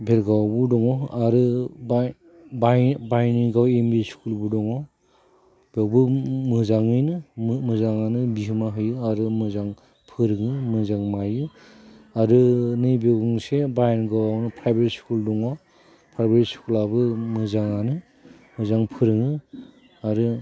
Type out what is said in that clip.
भेरगावआवबो दङ आरो बाय बायनिंगाव एम भि स्कुलबो दङ बेयावबो मोजाङानो बिहोमा होयो आरो मोजां फोरोङो मोजां मायो आरो नैबे मोनसे बायनगावआवनो प्रायभेट स्कुल दङ प्रायभेट स्कुलाबो मोजाङानो मोजां फोरोङो आरो